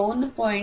15